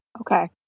Okay